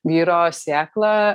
vyro sėkla